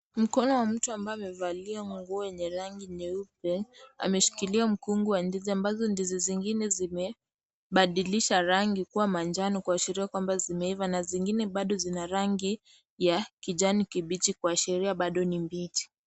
Mkono wa mtu ambao umevalia nguo yenye rangi nyeupe ameshikilia mkungu wa ndizi ambazo ndizi zingine zimebadilisha rangi kuwa manjano kuashiria kwamba zimeiva na zingine bado zina rangi ya kijani kibichi kuashiria bado ni mbichi.